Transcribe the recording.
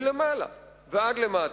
מלמעלה ועד למטה.